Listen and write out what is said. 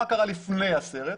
מה קרה לפני הסרט,